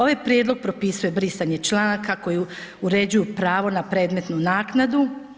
Ovaj prijedlog propisuje brisanje članaka koji uređuju pravo na predmetnu naknadu.